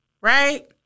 Right